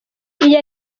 iya